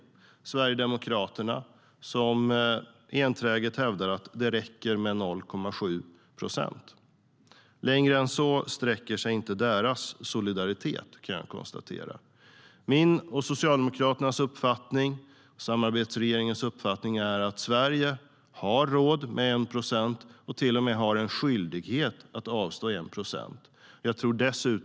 Det är Sverigedemokraterna, som enträget hävdar att det räcker med 0,7 procent. Längre än så sträcker sig inte deras solidaritet, kan jag konstatera. Min, Socialdemokraternas och samarbetsregeringens uppfattning är att Sverige har råd med 1 procent och att vi till och med har en skyldighet att avstå 1 procent.